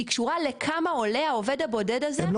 היא קשורה לכמה עולה העובד הבודד הזה --- הם